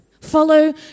Follow